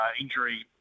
injury